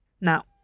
Now